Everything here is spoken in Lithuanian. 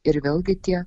ir vėlgi tie